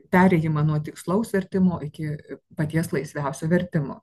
perėjimą nuo tikslaus vertimo iki paties laisviausio vertimo